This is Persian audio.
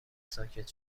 ساکت